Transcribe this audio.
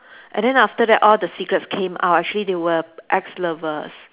and then after that all the secrets came out actually they were ex-lovers